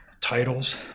titles